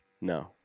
No